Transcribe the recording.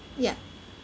ya